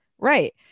Right